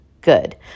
good